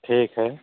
ठीक है